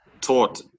taught